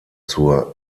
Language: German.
zur